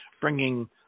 bringing